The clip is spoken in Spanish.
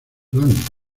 plan